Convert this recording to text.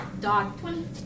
Dog